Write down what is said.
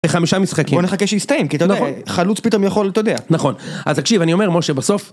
חמישה משחקים. בוא נחכה שהסתיים, כי אתה יודע, חלוץ פתאום יכול, אתה יודע. נכון. אז תקשיב, אני אומר, משה, בסוף...